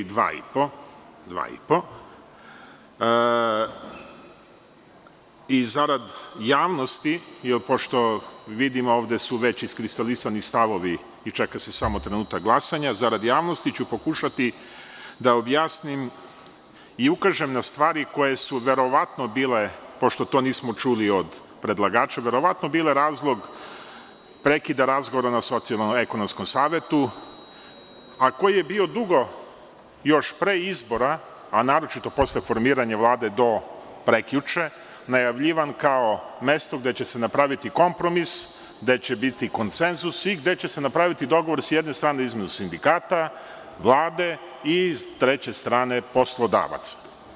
Zarad javnosti, pošto vidim da su ovde već iskristalisani stavovi i čeka se samo trenutak glasanja, pokušaću da objasnim i ukažem na stvari koje su verovatno bile, pošto to nismo čuli od predlagača, razlog prekida razgovora na Socijalno-ekonomskom savetu, a koji je bio dugo, još pre izbora a naročito posle formiranja Vlade, do prekjuče, najavljivan kao mesto gde će se napraviti kompromis, gde će biti konsenzus i gde će se napraviti dogovor, s jedne strane, između sindikata, Vlade i, s treće strane, poslodavaca.